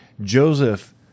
Joseph